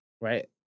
right